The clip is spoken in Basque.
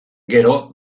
gero